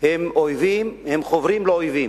הם אויבים, הם חוברים לאויבים.